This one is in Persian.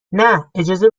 نه، اجازه